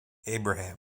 abraham